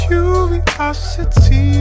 Curiosity